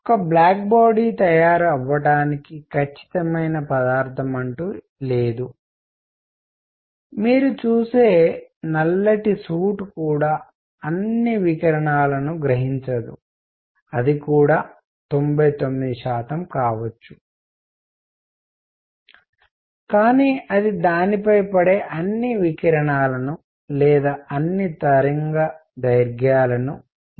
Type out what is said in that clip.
ఒక black body తయారు అవ్వటానికి ఖచ్చితమైన పదార్థం లేదు మీరు చూసే నల్లటి సూట్ కూడా అన్ని వికిరణాలను గ్రహించదు అది కూడా 99 శాతం కావచ్చు కానీ అది దానిపై పడే అన్ని వికిరణాలను లేదా అన్ని తరంగదైర్ఘ్యాలను గ్రహించదు